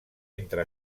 entre